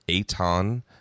aton